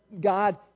God